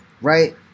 right